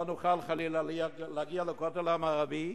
שלא נוכל, חלילה, להגיע לכותל המערבי,